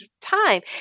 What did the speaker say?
time